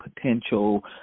potential